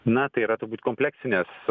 na tai yra turbūt kompleksinės